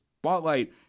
Spotlight